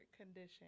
condition